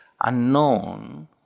unknown